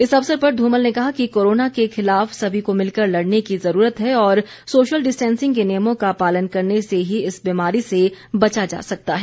इस अवसर पर धूमल ने कहा कि कोरोना के खिलाफ सभी को मिलकर लड़ने की ज़रूरत है और सोशल डिस्टेंसिंग के नियमों का पालन करने से ही इस बीमारी से बचा जा सकता है